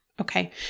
okay